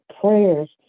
prayers